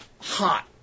hot